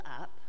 up